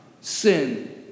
sin